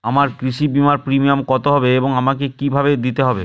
আমার কৃষি বিমার প্রিমিয়াম কত হবে এবং আমাকে কি ভাবে দিতে হবে?